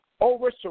over